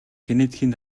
генетикийн